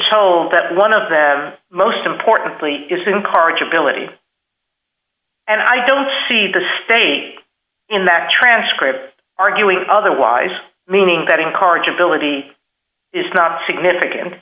told that one of them most importantly is the incorrigibility and i don't see the state in that transcript arguing otherwise meaning that incorrigibility is not significant